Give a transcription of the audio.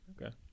Okay